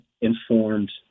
informed